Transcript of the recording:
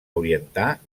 orientar